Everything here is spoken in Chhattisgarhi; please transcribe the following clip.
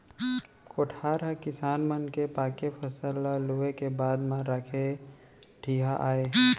कोठार हर किसान मन के पाके फसल ल लूए के बाद म राखे के ठिहा आय